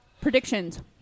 Predictions